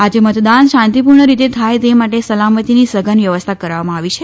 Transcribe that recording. આજે મતદાન શાંતિપૂર્ણ રીતે થાય તે માટે સલામતીની સઘન વ્યવસ્થા કરવામાં આવી છે